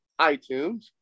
iTunes